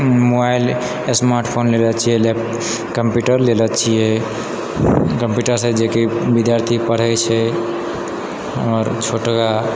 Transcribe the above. mobile smart phone लेले छियै lap computer लेले छियै कंप्यूटरसँ जेकी विद्यार्थी पढ़ै छै आओर छोटका